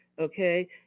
okay